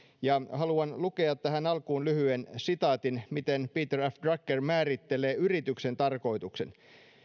ja haluan lukea tähän alkuun lyhyen sitaatin siitä miten peter f drucker määrittelee yrityksen tarkoituksen